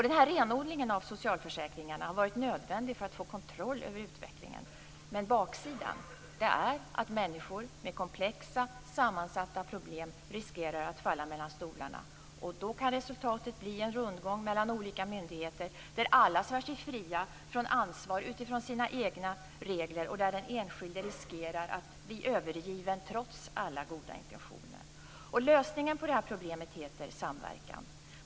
Den här renodlingen av socialförsäkringarna har varit nödvändig för att få kontroll över utvecklingen. Baksidan är att människor med komplexa, sammansatta problem riskerar att falla mellan stolarna. Då kan resultatet bli en rundgång mellan olika myndigheter där alla svär sig fria från ansvar utifrån sina egna regler och där den enskilde riskerar att bli övergiven, trots alla goda intentioner. Lösningen på det här problemet heter samverkan.